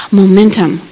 momentum